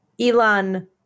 Elon